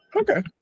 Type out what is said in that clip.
Okay